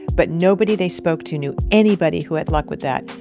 but nobody they spoke to knew anybody who had luck with that,